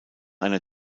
einer